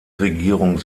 regierung